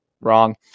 wrong